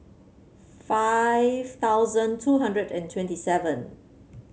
five thousand two hundred and twenty seven